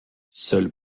seul